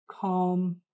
calm